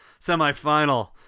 semifinal